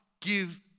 give